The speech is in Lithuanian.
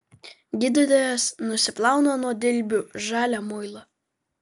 gydytojas nusiplauna nuo dilbių žalią muilą